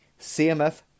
CMF